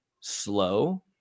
slow